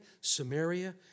Samaria